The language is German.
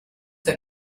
der